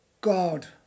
God